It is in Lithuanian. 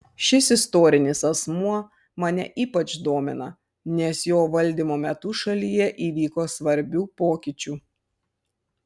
šis istorinis asmuo mane ypač domina nes jo valdymo metu šalyje įvyko svarbių pokyčių